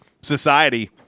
society